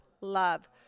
Love